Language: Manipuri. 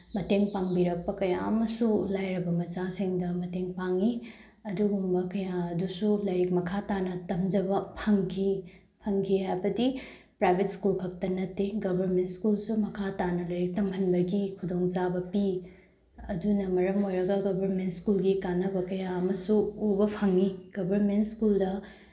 ꯃꯇꯦꯡ ꯄꯥꯡꯕꯤꯔꯛꯄ ꯀꯌꯥ ꯑꯃꯁꯨ ꯂꯥꯏꯔꯕ ꯃꯆꯥꯁꯤꯡꯗ ꯃꯇꯦꯡ ꯄꯥꯡꯏ ꯑꯗꯨꯒꯨꯝꯕ ꯀꯌꯥ ꯑꯗꯨꯁꯨ ꯂꯥꯏꯔꯤꯛ ꯃꯈꯥ ꯇꯥꯅ ꯇꯝꯖꯕ ꯐꯪꯈꯤ ꯐꯪꯈꯤ ꯍꯥꯏꯕꯗꯤ ꯄ꯭ꯔꯥꯏꯚꯦꯠ ꯁ꯭ꯀꯨꯜ ꯈꯛꯇ ꯅꯠꯇꯦ ꯒꯕꯔꯃꯦꯟ ꯁ꯭ꯀꯨꯜꯁꯨ ꯃꯈꯥ ꯇꯥꯅ ꯂꯥꯏꯔꯤꯛ ꯇꯝꯍꯟꯕꯒꯤ ꯈꯨꯗꯣꯡꯆꯥꯕ ꯄꯤ ꯑꯗꯨꯅ ꯃꯔꯝ ꯑꯣꯏꯔꯒ ꯒꯕꯔꯃꯦꯟ ꯁ꯭ꯀꯨꯜꯒꯤ ꯀꯥꯅꯕ ꯀꯌꯥ ꯑꯃꯁꯨ ꯎꯕ ꯐꯪꯏ ꯒꯕꯔꯃꯦꯟ ꯁ꯭ꯀꯨꯜꯗ